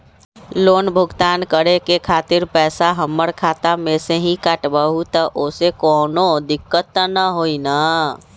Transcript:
Loan भुगतान करे के खातिर पैसा हमर खाता में से ही काटबहु त ओसे कौनो दिक्कत त न होई न?